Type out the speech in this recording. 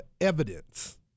evidence